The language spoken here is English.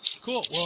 cool